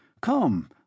Come